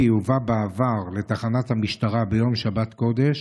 הובא בעבר לתחנת המשטרה ביום שבת קודש